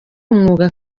umwuga